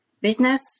business